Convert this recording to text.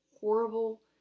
horrible